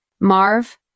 Marv